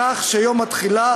כך שיום התחילה,